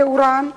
תאורן,